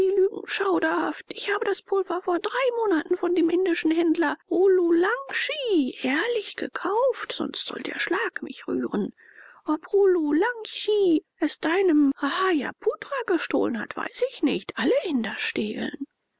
lügen schauderhaft ich habe das pulver vor drei monaten von dem indischen händler rululangchi ehrlich gekauft sonst soll der schlag mich rühren ob rululangchi es deinem rahajaputra gestohlen hat weiß ich nicht alle inder stehlen